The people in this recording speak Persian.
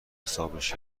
حسابش